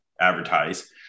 advertise